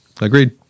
Agreed